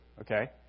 okay